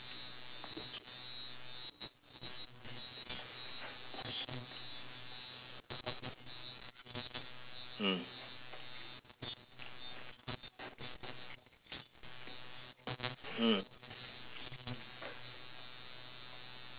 mm mm